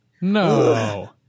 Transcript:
No